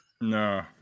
No